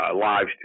lives